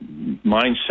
mindset